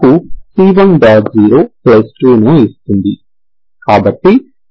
02 ను ఇస్తుంది కాబట్టి అది నాకు c20 ను ఇస్తుంది